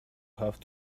have